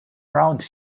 around